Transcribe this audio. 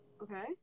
Okay